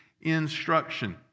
instruction